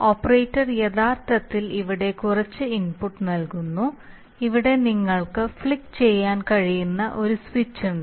operator യഥാർത്ഥത്തിൽ ഇവിടെ കുറച്ച് ഇൻപുട്ട് നൽകുന്നു ഇവിടെ നിങ്ങൾക്ക് ഫ്ലിക്ക് ചെയ്യാൻ കഴിയുന്ന ഒരു സ്വിച്ച് ഉണ്ട്